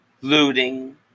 looting